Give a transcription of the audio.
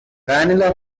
vanilla